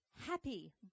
Happy